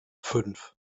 fünf